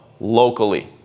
locally